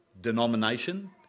denomination